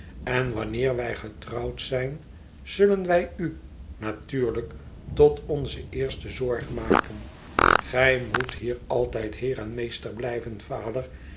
en wanneer wij getrouwd zijn zullen wij u natuurlijk tot onze eerste zorg maken gij moet hier altijd heer en meester blijven vader